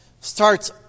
starts